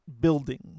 building